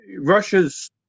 Russia's